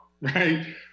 right